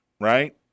right